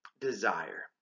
desire